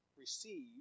receive